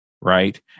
right